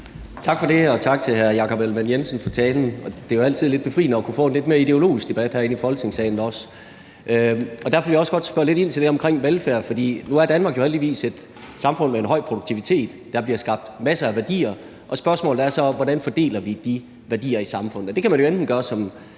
Tak for det. Og tak til hr. Jakob Ellemann-Jensen for talen. Det er jo altid lidt befriende også at kunne få en lidt mere ideologisk debat herinde i Folketingssalen, og derfor vil jeg også godt spørge lidt ind til det omkring velfærd. Nu er Danmark jo heldigvis et samfund med en høj produktivitet, og der bliver skabt masser af værdier, så spørgsmålet er, hvordan vi fordeler de værdier i samfundet.